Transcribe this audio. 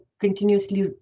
continuously